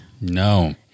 No